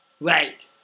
Right